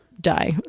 die